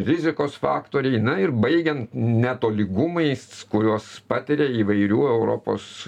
rizikos faktoriai na ir baigiant netolygumais kuriuos patiria įvairių europos